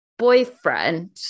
boyfriend